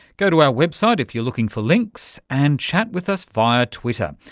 go to our website if you're looking for links, and chat with us via twitter,